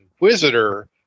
inquisitor